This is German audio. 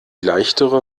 leichtere